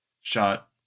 shot